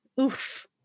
Oof